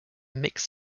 mix